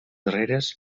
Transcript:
darreres